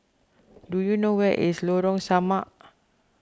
do you know where is Lorong Samak